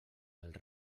els